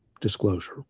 disclosure